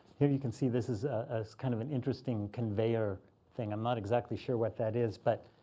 here you can see this is a kind of an interesting conveyor thing. i'm not exactly sure what that is, but